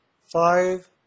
five